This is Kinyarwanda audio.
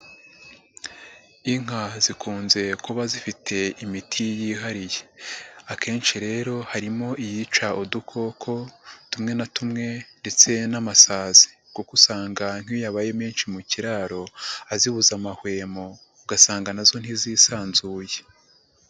Inka zikunze kuba zifite imiti yihariye, akenshi rero harimo iyica udukoko tumwe na tumwe ndetse n'amasazi kuko usanga nkiyo yabaye menshi mu kiraro azibuza amahwemo ugasanga nazo ntizisanzuye.